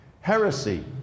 Heresy